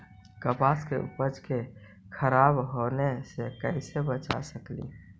कपास के उपज के खराब होने से कैसे बचा सकेली?